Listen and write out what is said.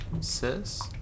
sis